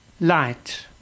Light